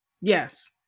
Yes